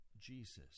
Jesus